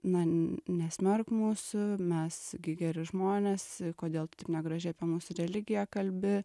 na nesmerk mūsų mes gi geri žmonės kodėl tu taip negražiai apie mūsų religiją kalbi